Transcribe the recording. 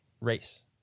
race